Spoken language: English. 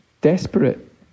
desperate